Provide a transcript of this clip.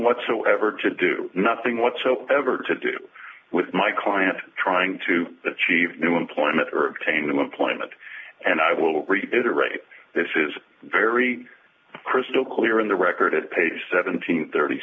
whatsoever to do nothing whatsoever to do with my client trying to achieve new employment or obtain employment and i will reiterate this is very crystal clear in the record at page seventeen th